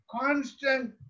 constant